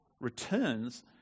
returns